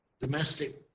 domestic